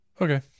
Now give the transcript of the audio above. Okay